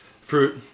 Fruit